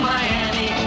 Miami